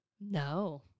No